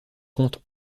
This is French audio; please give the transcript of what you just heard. compte